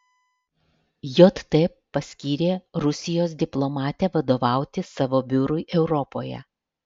jt paskyrė rusijos diplomatę vadovauti savo biurui europoje